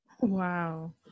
Wow